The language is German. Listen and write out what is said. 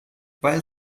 weil